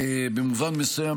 במובן מסוים,